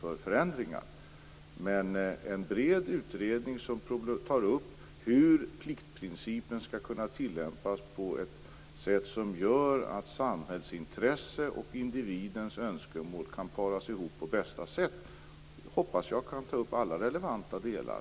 Jag hoppas att en bred utredning, som tar upp hur pliktprincipen skall kunna tillämpas så att samhällsintresse och individens önskemål kan paras ihop på bästa sätt, kan ta upp alla relevanta delar.